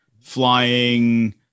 flying